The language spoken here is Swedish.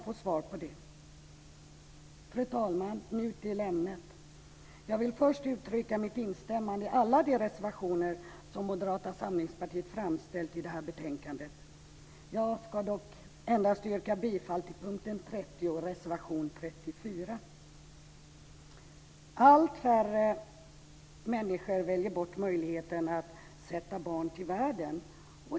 Fru talman! Jag vill först instämma i alla de reservationer som Moderata samlingspartiet har avgett till detta betänkande. Jag avser dock att yrka bifall endast till reservation 34 under punkt 30. Allt färre människor väljer bort möjligheten att sätta barn till världen.